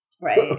Right